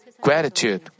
gratitude